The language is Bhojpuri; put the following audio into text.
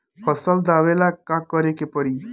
फसल दावेला का करे के परी?